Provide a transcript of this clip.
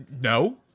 No